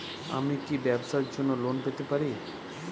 আমি কি ব্যবসার জন্য লোন পেতে পারি?